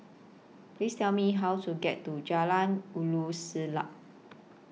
Please Tell Me How to get to Jalan Ulu Siglap